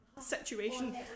situation